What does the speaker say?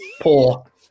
Poor